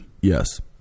Yes